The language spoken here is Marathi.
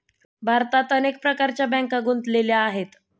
भारतात अनेक प्रकारच्या बँका गुंतलेल्या आहेत